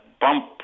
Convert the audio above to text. bump